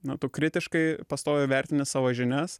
na tu kritiškai pastoviai vertini savo žinias